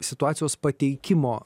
situacijos pateikimo